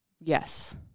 Yes